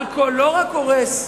האלכוהול לא רק הורס ילדים,